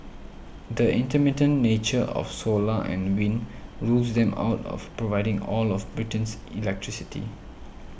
the intermittent nature of solar and wind rules them out of providing all of Britain's electricity